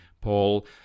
Paul